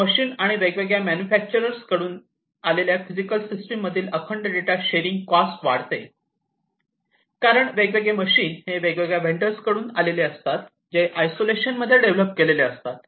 machines आणि वेगवेगळे manufacturers कडून आलेल्या फिजिकल सिस्टीम मधील अखंड डेटा शेअरिंग कॉस्ट वाढते कारण वेगवेगळे मशीन हे वेगवेगळ्या वेंडर्स कडून आलेले असतात जे आयसोलेशन मध्ये डेव्हलप केलेले असतात